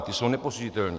Ty jsou nepostižitelné.